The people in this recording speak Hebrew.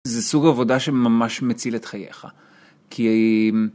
זה סוג עבודה שממש מציל את חייך כי.